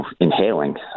inhaling